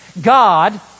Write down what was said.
God